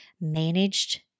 managed